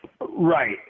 right